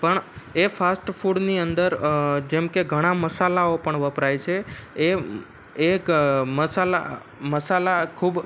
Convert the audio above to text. પણ એ ફાસ્ટફૂડની અંદર જેમકે ઘણા મસાલાઓ પણ વપરાય છે એ એક મસાલા મસાલા ખૂબ